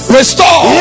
Restore